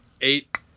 Eight